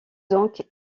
donc